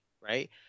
Right